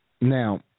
now